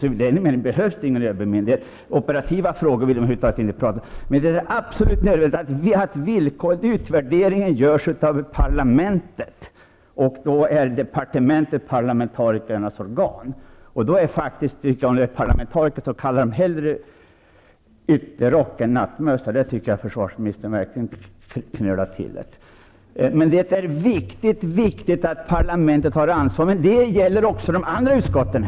Enligt min mening behövs det ingen ÖB myndighet. Operativa frågor vill man över huvud taget inte prata om. Men det är absolut nödvändigt att utvärderingen görs av parlamentet, och då är departementet parlamentarikernas organ. Kalla hellre parlamentarikerna ytterrock än nattmössa. Där tycker jag verkligen att försvarsministern knölar till det. Det är mycket viktigt att parlamentet har ansvar. Men det gäller också de övriga utskotten.